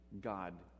God